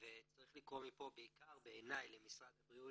וצריך לקרוא מפה בעיקר בעיני למשרד הבריאות,